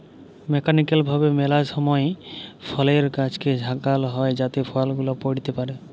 mechanical ভাবে ম্যালা সময় ফলের গাছকে ঝাঁকাল হই যাতে ফল গুলা পইড়তে পারে